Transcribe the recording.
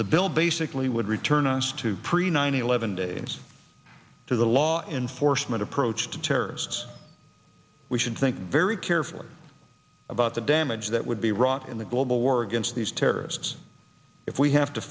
the bill basically would return us to preen nine eleven days to the law enforcement approach to terrorists we should think very carefully about the damage that would be wrought in the global war against these terrorists if we have to